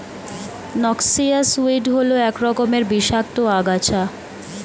noxious weed হল এক রকমের বিষাক্ত আগাছা